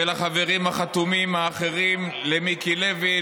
ולחברים החתומים האחרים: למיקי לוי,